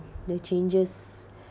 the changes